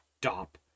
stop